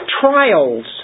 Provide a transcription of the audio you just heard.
trials